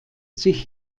sich